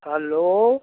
hello